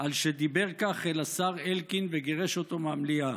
על שדיבר כך אל השר אלקין וגירש אותו מהמליאה,